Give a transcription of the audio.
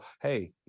hey